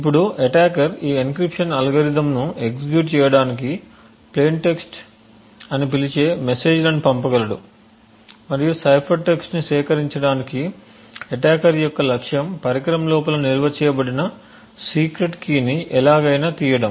ఇప్పుడు అటాకర్ ఈ ఎన్క్రిప్షన్ అల్గారిథమ్ను ఎగ్జిక్యూట్ చేయడానికి ప్లేయిన్ టెక్స్ట్అని పిలిచే మెసేజ్లను పంపగలడు మరియు సైఫర్ టెక్స్ట్ని సేకరించడానికి అటాకర్ యొక్క లక్ష్యం పరికరం లోపల నిల్వ చేయబడిన సీక్రెట్ కీని ఎలాగైనా తీయడం